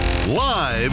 Live